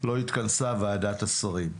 לא התכנסה ועדת השרים.